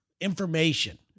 information